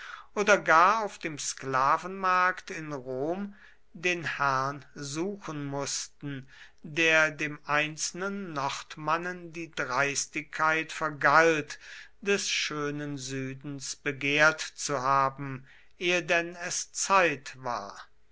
oder gar auf dem sklavenmarkt in rom den herrn suchen mußten der dem einzelnen nordmannen die dreistigkeit vergalt des schönen südens begehrt zu haben ehe denn es zeit war